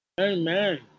Amen